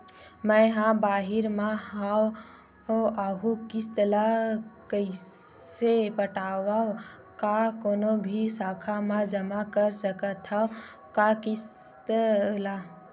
मैं हा बाहिर मा हाव आऊ किस्त ला कइसे पटावव, का कोनो भी शाखा मा जमा कर सकथव का किस्त ला?